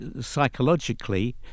psychologically